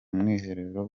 mwiherero